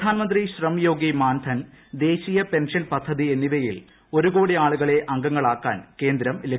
പ്രധാൻമന്ത്രി ശ്രം യോഗി മാൻധൻ ദേശീയ പെൻഷൻ പദ്ധതി എന്നിവയിൽ ഒരു കോടി ആളുകളെ അംഗങ്ങളാക്കാൻ കേന്ദ്രം ലക്ഷ്യമിടുന്നു